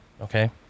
Okay